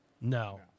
No